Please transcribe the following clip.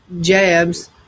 jabs